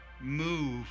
move